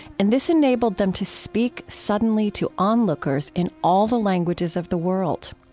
and this enabled them to speak suddenly to onlookers in all the languages of the world.